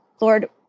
Lord